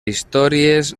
històries